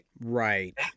right